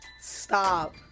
Stop